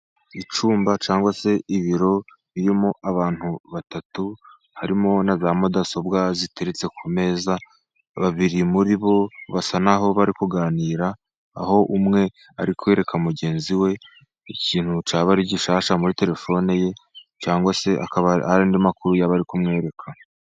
Icyumba cyangwa se ibiro birimo abantu batatu harimo na za mudasobwa ziteretse ku meza. Babiri muri bo basa naho bari kuganira, aho umwe ari kumwereka mugenzi we ikintu cyaba gishyashya muri telefone ye, cyangwa se akaba ari andi makuru yaba ari kumwereka.